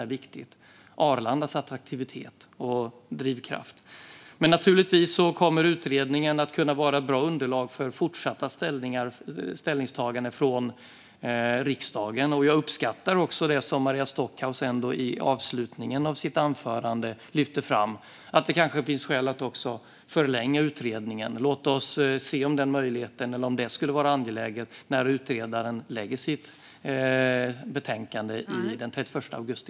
Det handlar om Arlandas attraktivitet och drivkraft. Naturligtvis kommer utredningen att kunna vara ett bra underlag för fortsatta ställningstaganden från riksdagen. Jag uppskattar också det som Maria Stockhaus lyfte fram i avslutningen av sitt anförande om att det kanske finns skäl att förlänga utredningen. Låt oss se om det skulle vara angeläget när utredaren lägger fram sitt betänkande den 31 augusti.